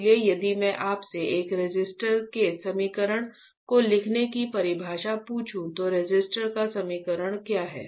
इसलिए यदि मैं आपसे एक रेसिस्टर के समीकरण को लिखने की परिभाषा पूछूं तो रेसिस्टर का समीकरण क्या है